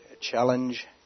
challenge